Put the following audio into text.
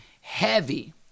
heavy